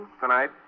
Tonight